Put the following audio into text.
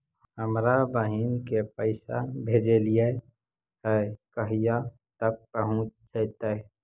हमरा बहिन के पैसा भेजेलियै है कहिया तक पहुँच जैतै?